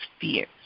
fears